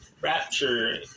Rapture